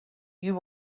you